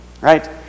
right